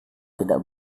tidak